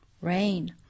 rain